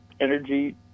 energy